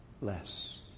less